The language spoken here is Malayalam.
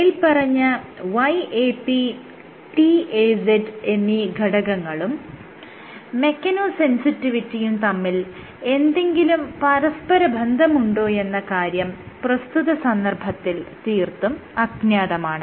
മേല്പറഞ്ഞ YAPTAZ എന്നീ ഘടകങ്ങളും മെക്കാനോ സെൻസിറ്റിവിറ്റിയും തമ്മിൽ എന്തെങ്കിലും പരസ്പരബന്ധമുണ്ടോയെന്ന കാര്യം പ്രസ്തുത സന്ദർഭത്തിൽ തീർത്തും അജ്ഞാതമാണ്